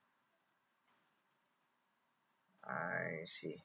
I see